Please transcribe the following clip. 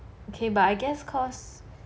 okay but I guess cause